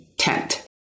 tent